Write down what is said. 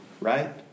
right